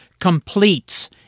completes